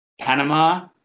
Panama